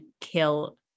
kill